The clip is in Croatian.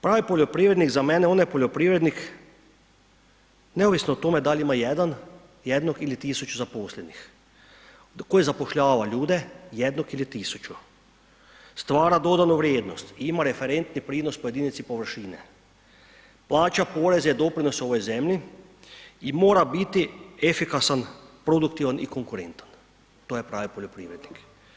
Pravi poljoprivrednik za mene je onaj poljoprivrednik neovisno o tome da li ima jedan, jednog ili tisuću zaposlenih, koji zapošljava ljude jednog ili tisuću, stvara dodanu vrijednost, ima referentni prinos po jedinici površine, plaća poreze i doprinose ovoj zemlji i mora biti efikasan, produktivan i konkurentan, to je pravi poljoprivrednik.